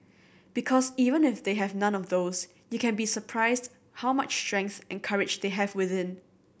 because even if they have none of those you can be surprised how much strength and courage they have within